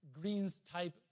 greens-type